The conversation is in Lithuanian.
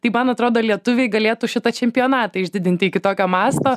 tai man atrodo lietuviai galėtų šitą čempionatą išdidinti iki tokio masto